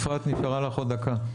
אפרת, נשארה לך עוד דקה.